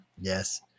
Yes